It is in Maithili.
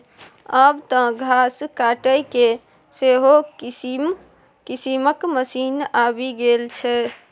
आब तँ घास काटयके सेहो किसिम किसिमक मशीन आबि गेल छै